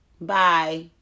bye